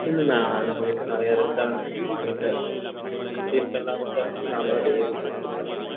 இல்லைண்ணா நம்மகிட்ட நிறையா ரெஸ்டாரன்ட்டுலேருந்து வாங்கிட்டு தான் இருக்காங்க சுற்றி இருக்கிற எல்லா ரெஸ்டாரன்ட்டுலையும் நாங்கள் தான் டெலிவரி போய்ட்டு இருக்கோம் அரிசி